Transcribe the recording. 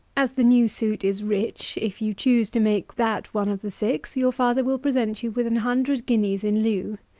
as the new suit is rich, if you choose to make that one of the six, your father will present you with an hundred guineas in lieu.